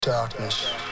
Darkness